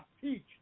teach